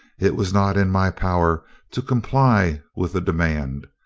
it was not in my power to comply with the demand.